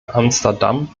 amsterdam